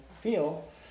feel